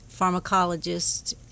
pharmacologist